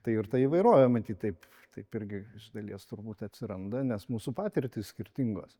tai ir ta įvairovė matyt taip taip irgi iš dalies turbūt atsiranda nes mūsų patirtys skirtingos